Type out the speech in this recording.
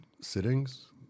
sittings